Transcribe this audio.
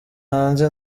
hanze